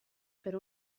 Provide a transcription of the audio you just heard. per